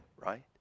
Right